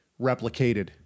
replicated